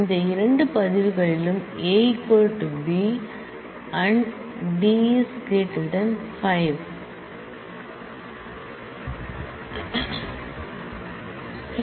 இந்த இரண்டு ரெக்கார்ட் களிலும் A B D 5